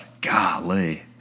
Golly